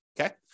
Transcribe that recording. Okay